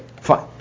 fine